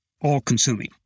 all-consuming